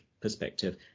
perspective